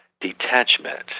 detachment